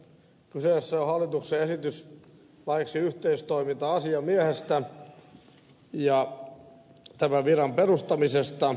kyseessä on hallituksen esitys laiksi yhteistoiminta asiamiehestä ja tämän viran perustamisesta